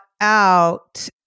out